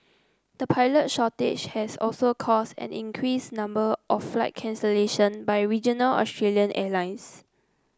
the pilot shortage has also caused an increased number of flight cancellation by regional Australian airlines